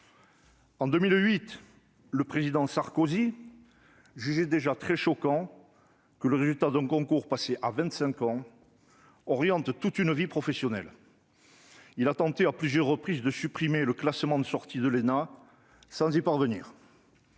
En 2008, le président Sarkozy jugeait déjà « choquant » que « le résultat d'un concours passé à 25 ans oriente toute une vie professionnelle ». Il a tenté à plusieurs reprises de supprimer le classement de sortie de l'ENA, sans y parvenir.